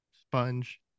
sponge